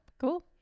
cool